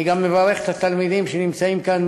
אני גם מברך את התלמידים שנמצאים כאן,